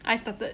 I started